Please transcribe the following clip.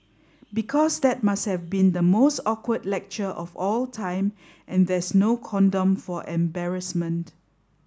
because that must have been the most awkward lecture of all time and there's no condom for embarrassment